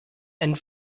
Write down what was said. and